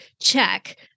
check